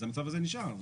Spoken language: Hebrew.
אז המצב הזה נשאר.